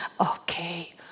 okay